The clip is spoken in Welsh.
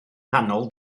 nghanol